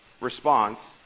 response